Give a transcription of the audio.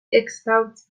exhaust